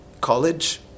college